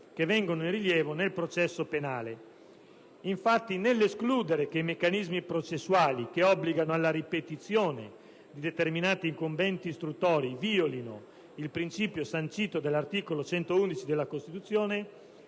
che vengono in rilievo nel processo penale. Infatti, nell'escludere che i meccanismi processuali che obbligano alla ripetizione di determinati incombenti istruttori violino il principio sancito dall'articolo 111 della Costituzione,